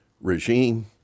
regime